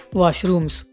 washrooms